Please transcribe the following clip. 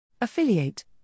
Affiliate